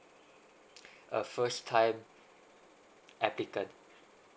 a first time applicant